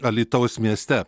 alytaus mieste